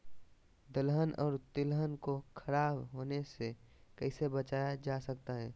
दलहन और तिलहन को खराब होने से कैसे बचाया जा सकता है?